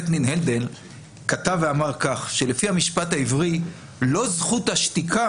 ניל הנדל כתב ואמר ש"לפי המשפט העברי לא זכות השתיקה